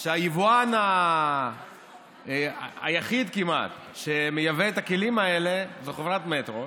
שהיבואן היחיד כמעט שמייבא את הכלים האלה זה חברת "מטרו",